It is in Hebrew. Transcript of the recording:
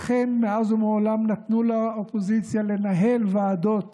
לכן, מאז ומעולם נתנו לאופוזיציה לנהל ועדות